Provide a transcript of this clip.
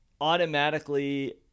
automatically